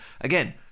again